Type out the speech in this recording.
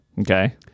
Okay